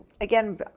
again